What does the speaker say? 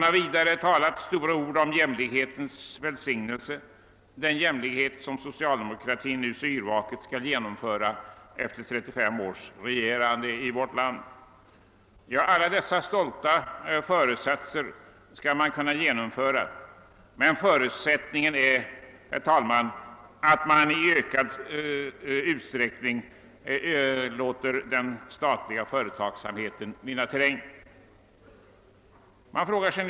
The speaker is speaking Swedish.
Vidare har det talats stora ord om jämlikhetens välsignelse, den jämlikhet som socialdemokratin nu så yrvaket skall genomföra efter 35 års regerande i vårt land. Ja, alla dessa stolta föresatser skall man förverkliga men förutsättningen är, herr talman, att den statliga företagsamheten i ökad utsträckning får vinna terräng.